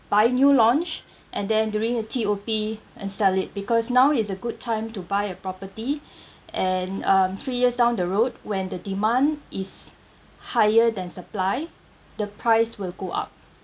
buy new launch and then during a T_O_P and sell it because now is a good time to buy a property and um three years down the road when the demand is higher than supply the price will go up